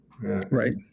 right